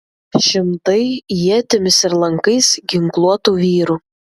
šimtai ietimis ir lankais ginkluotų vyrų